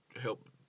help